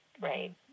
right